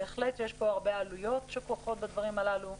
בהחלט יש פה הרבה עלויות שכרוכות בדברים הללו.